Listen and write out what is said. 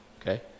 okay